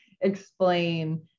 explain